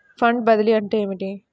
Fund బదిలీ అంటే ఏమిటి?